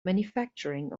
manufacturing